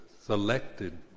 selected